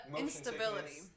instability